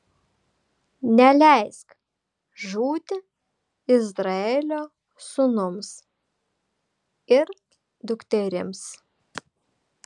neleisk žūti izraelio sūnums ir dukterims